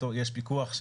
יש פיקוח,